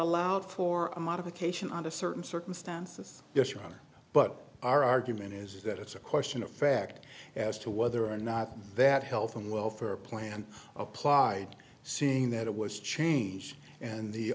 allowed for a modification under certain circumstances yes rather but our argument is that it's a question of fact as to whether or not that health and welfare plan applied seeing that it was changed and the